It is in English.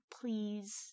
please